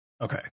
okay